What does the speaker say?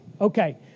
Okay